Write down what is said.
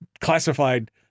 classified